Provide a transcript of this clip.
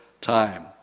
time